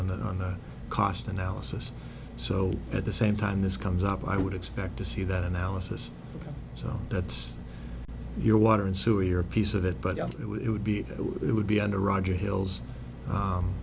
that on that cost analysis so at the same time this comes up i would expect to see that analysis so that's your water and sewer piece of it but it would be it would be under roger hill's